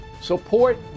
support